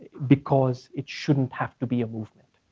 because it shouldn't have to be a movement,